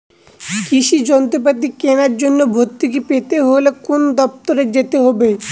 কৃষি যন্ত্রপাতি কেনার জন্য ভর্তুকি পেতে হলে কোন দপ্তরে যেতে হবে?